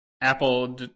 apple